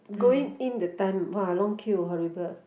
going in that time !wah! long queue horrible